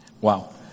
Wow